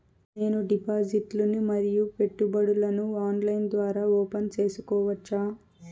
నేను డిపాజిట్లు ను మరియు పెట్టుబడులను ఆన్లైన్ ద్వారా ఓపెన్ సేసుకోవచ్చా?